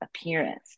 appearance